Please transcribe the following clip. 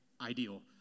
ideal